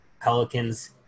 Pelicans